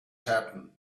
happen